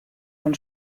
von